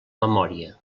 memòria